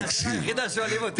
זאת השאלה הראשונה ששואלים אותי.